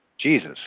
Jesus